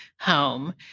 home